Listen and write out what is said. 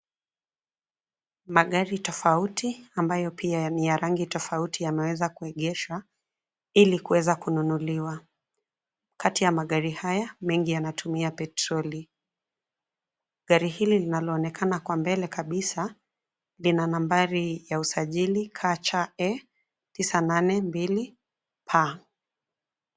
Magari tofauti ambayo pia ni ya rangi tofauti yameweza kuegeshwa, ili kuweza kununuliwa. Kati ya magari haya, mengi yanatumia petroli. Gari hili linaloonekana kwa mbele kabisa, lina nambari ya usajili KCA tisa nane mbili P.